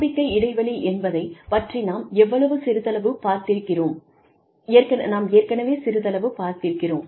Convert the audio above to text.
நம்பிக்கை இடைவெளி என்பதைப் பற்றி நாம் ஏற்கனவே சிறிதளவு பார்த்திருக்கிறோம்